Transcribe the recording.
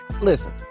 Listen